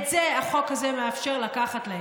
את זה החוק הזה מאפשר לקחת להם.